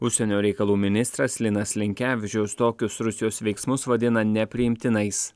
užsienio reikalų ministras linas linkevičiaus tokius rusijos veiksmus vadina nepriimtinais